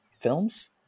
films